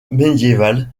médiévale